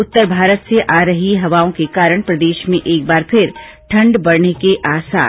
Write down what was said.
उत्तर भारत से आ रही हवाओं के कारण प्रदेश में एक बार फिर ठंड बढ़ने के आसार